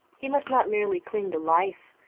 he must not merely cling to life,